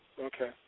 Okay